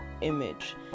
image